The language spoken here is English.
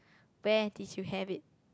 where did you have it